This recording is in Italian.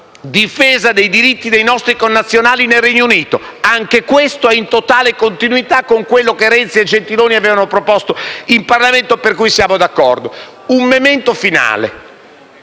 difesa dei diritti dei nostri connazionali nel Regno Unito: anche questo è in totale continuità con quello che i presidenti Renzi e Gentiloni Silveri avevano proposto in Parlamento, per cui siamo d'accordo. Un *memento* finale: